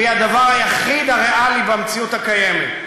והיא הדבר היחיד הריאלי במציאות הקיימת.